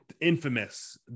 Infamous